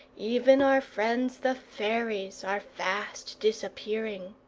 even, our friends the fairies are fast disappearing.